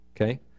okay